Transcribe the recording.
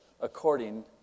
according